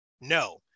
No